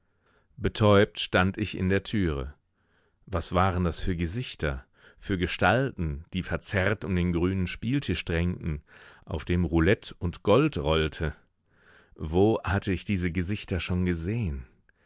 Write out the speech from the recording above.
betäubt stand ich in der türe was waren das für gesichter für gestalten die verzerrt um den grünen spieltisch drängten auf dem roulette und gold rollte wo hatte ich diese gesichter schon gesehen